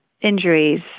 injuries